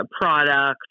product